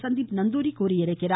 சந்தீப் நந்தூரி தெரிவித்துள்ளார்